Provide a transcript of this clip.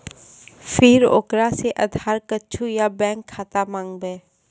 फिर ओकरा से आधार कद्दू या बैंक खाता माँगबै?